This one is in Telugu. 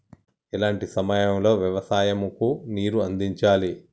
ఎలాంటి సమయం లో వ్యవసాయము కు నీరు అందించాలి?